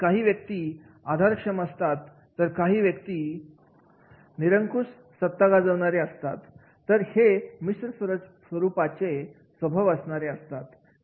काही व्यक्ती सपोर्ट म्हणजे आधार देणाऱ्या असतात काही व्यक्ती ऑटॉक्रातिक म्हणजे निरंकुश सत्ता गाजवणारे असतात तर काही हे मिश्र स्वरूपाचे स्वभाव असणारे असतात